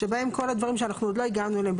שבהם כל הדברים שאנחנו עוד לא הגענו אליהם,